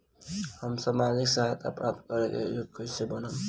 हम सामाजिक सहायता प्राप्त करे के योग्य कइसे बनब?